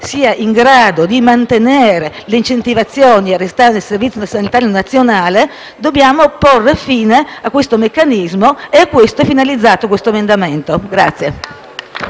sia in grado di mantenere le incentivazioni a restare nel Servizio sanitario nazionale, dobbiamo porre fine a questo meccanismo e a ciò è finalizzato l'emendamento in